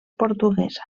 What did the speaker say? portuguesa